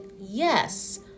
yes